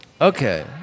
Okay